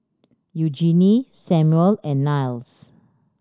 Eugenie Samual and Niles